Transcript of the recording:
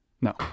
No